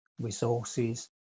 resources